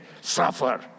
suffer